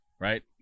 right